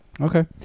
Okay